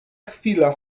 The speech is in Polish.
chwila